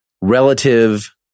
relative